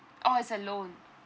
oh it's a loan